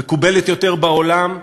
מקובלת יותר בעולם,